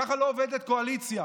ככה לא עובדת קואליציה.